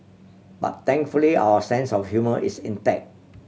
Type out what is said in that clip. but thankfully our sense of humour is intact